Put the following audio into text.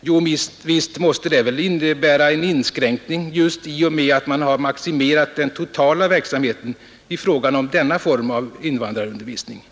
Jo, visst måste det väl innebära en inskränkning just i och med att man har maximerat den totala verksamheten i fråga om denna form av invandrarundervisning.